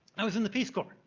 i was in the peace corp.